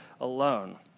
alone